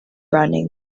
running